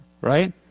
Right